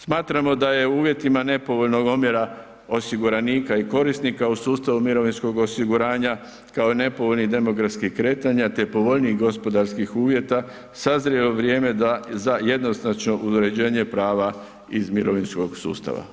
Smatramo da je u uvjetima nepovoljnog omjera osiguranika i korisnika u sustavu mirovinskog osiguranja kao i nepovoljnih demografskih kretanja te povoljnijih gospodarskih uvjeta sazrjelo vrijeme da za jednoznačno uređenje prava iz mirovinskog sustava.